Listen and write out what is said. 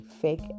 fake